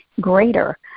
greater